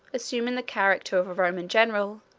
assuming the character of a roman general,